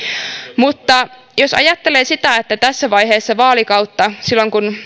mutta jos ajattelee sitä että tässä vaiheessa vaalikautta silloin kun